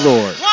Lord